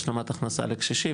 השלמת הכנסה לקשישים,